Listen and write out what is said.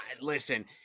Listen